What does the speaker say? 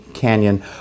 Canyon